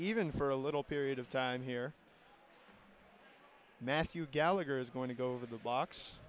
even for a little period of time here matthew gallagher is going to go over the box